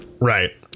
Right